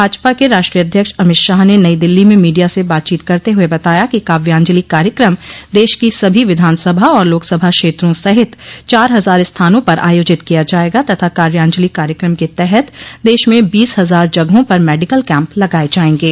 भाजपा के राष्ट्रीय अध्यक्ष अमित शाह ने नई दिल्ली में मीडिया से बातचीत करते हुए बताया कि काव्यांजलि कार्यक्रम देश की सभी विधानसभा और लोकसभा क्षेत्रों सहित चार हजार स्थानों पर आयोजित किया जायेगा तथा कार्याजलि कार्यक्रम के तहत देश में बीस हजार जगहों पर मेडिकल कैम्प लगाये जायेंगे